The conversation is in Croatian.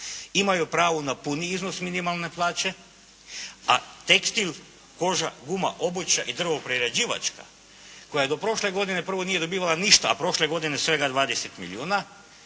imaju pravo na puni iznos minimalne plaće a tekstil, koža, guma, obuća i drvo-prerađivačka koja je do prošle godine, prvo nije dobivala ništa, a prošle godine svega 20 milijuna,